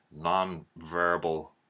non-verbal